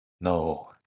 No